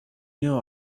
know